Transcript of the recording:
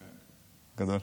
גדול.